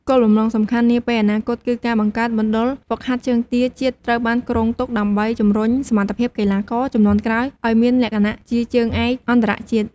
គោលបំណងសំខាន់នាពេលអនាគតគឺការបង្កើតមណ្ឌលហ្វឹកហាត់ជើងទាជាតិត្រូវបានគ្រោងទុក ដើម្បីជម្រុញសមត្ថភាពកីឡាករជំនាន់ក្រោយឲ្យមានលក្ខណៈជាជើងឯកអន្តរជាតិ។